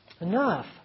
Enough